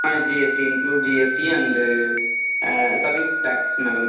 ah GST include GST and service tax madam